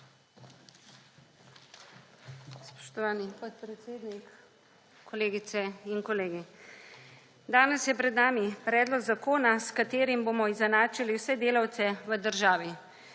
Spoštovani podpredsednik, kolegice in kolegi. Danes je pred nami predlog zakona, s katerim bomo izenačili vse delavce v državi.